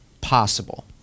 possible